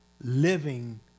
living